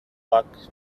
luck